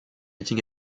meeting